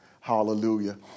Hallelujah